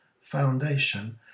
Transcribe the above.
Foundation